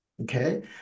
okay